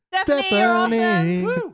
Stephanie